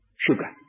sugar